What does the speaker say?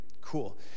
Cool